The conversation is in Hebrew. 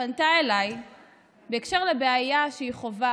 פנתה אליי בקשר לבעיה שהיא חווה